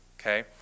Okay